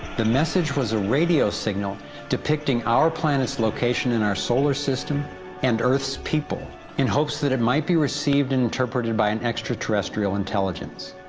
the message was a radio signal depicting our planet's location in our solar system and earth's people in hopes that it might be received and interpreted by an extra-terrestial intelligence.